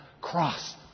cross